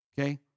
Okay